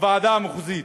הוועדה המחוזית,